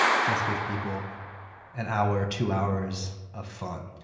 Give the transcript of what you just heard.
just give people an hour or two hours of fun?